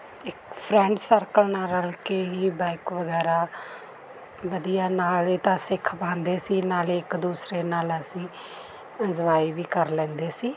ਇੱਕ friend circle ਨਾਲ ਰਲ ਕੇ ਹੀ ਬਾਇਕ ਵਗੈਰਾ ਵਧੀਆ ਨਾਲੇ ਤਾਂ ਸਿੱਖ ਪਾਉਂਦੇ ਸੀ ਨਾਲੇ ਇੱਕ ਦੂਸਰੇ ਨਾਲ ਅਸੀਂ ਇੰਜੋਆਏ ਵੀ ਕਰ ਲੈਂਦੇ ਸੀ